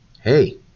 Hey